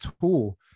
tool